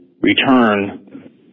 return